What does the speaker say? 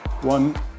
one